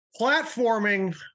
Platforming